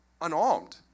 unarmed